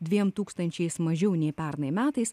dviem tūkstančiais mažiau nei pernai metais